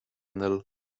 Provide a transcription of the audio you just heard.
nel